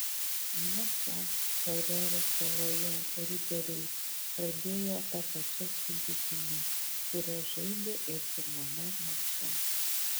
mačą farerų saloje riteriai pradėjo ta pačia sudėtimi kuria žaidė ir pirmame mače